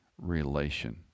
relation